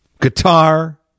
Guitar